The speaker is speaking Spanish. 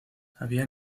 había